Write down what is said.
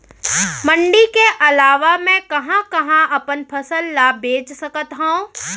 मण्डी के अलावा मैं कहाँ कहाँ अपन फसल ला बेच सकत हँव?